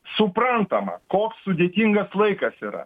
suprantama koks sudėtingas laikas yra